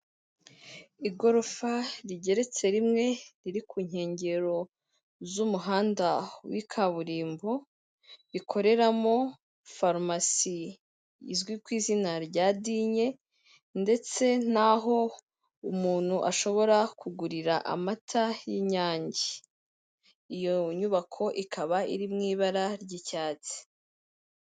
Igorofa rigeretse rimwe riri ku nkengero z'umuhanda w'ikaburimbo, rikoreramo farumasi izwi ku izina rya dinye ndetse naho umuntu ashobora kugurira amata y'Inyange. Iyo nyubako ikaba iri mu ibara ry'icyatsi.